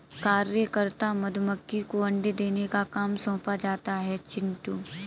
कार्यकर्ता मधुमक्खी को अंडे देने का काम सौंपा जाता है चिंटू